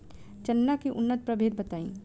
चना के उन्नत प्रभेद बताई?